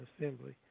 Assembly